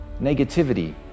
negativity